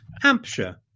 Hampshire